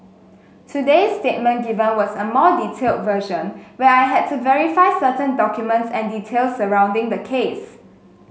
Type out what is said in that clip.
today's statement given was a more detailed version where I had to verify certain documents and details surrounding the case